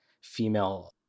female